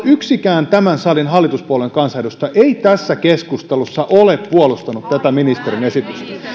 yksikään tämän salin hallituspuolueen kansanedustaja ei tässä keskustelussa ole puolustanut tätä ministerin esitystä